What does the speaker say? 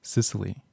Sicily